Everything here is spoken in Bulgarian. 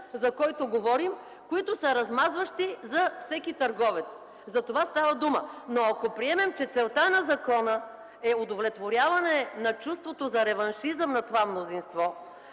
за който говорим, които са размазващи за всеки търговец – затова става дума. Но ако приемем, че целта на закона е удовлетворяване на чувството за реваншизъм на това мнозинство,